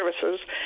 services